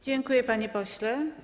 Dziękuję, panie pośle.